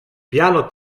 piano